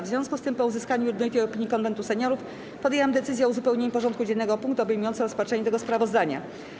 W związku z tym, po uzyskaniu jednolitej opinii Konwentu Seniorów, podjęłam decyzję o uzupełnieniu porządku dziennego o punkt obejmujący rozpatrzenie tego sprawozdania.